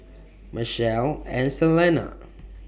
Michelle and Selene